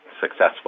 successful